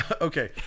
Okay